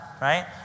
right